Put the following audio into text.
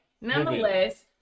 nonetheless